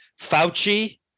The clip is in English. Fauci